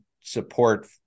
support